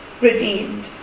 redeemed